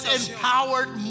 empowered